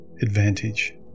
advantage